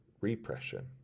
repression